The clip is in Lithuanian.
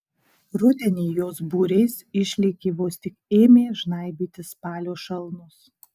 rudenį jos būriais išlėkė vos tik ėmė žnaibytis spalio šalnos